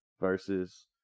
versus